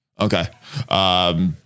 Okay